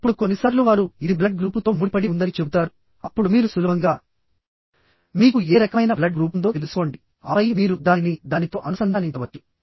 ఇప్పుడు కొన్నిసార్లు వారు ఇది బ్లడ్ గ్రూపుతో ముడిపడి ఉందని చెబుతారు అప్పుడు మీరు సులభంగా మీకు ఏ రకమైన బ్లడ్ గ్రూప్ ఉందో తెలుసుకోండి ఆపై మీరు దానిని దానితో అనుసంధానించవచ్చు